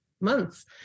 months